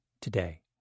today